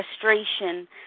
frustration